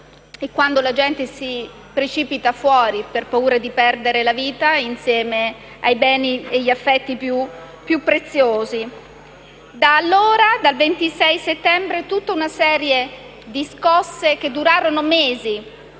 e quando la gente si precipita fuori per paura di perdere la vita insieme ai beni e agli affetti più preziosi. Da allora, da quel 26 settembre, si sono susseguite varie scosse che sono durate mesi,